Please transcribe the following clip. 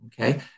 Okay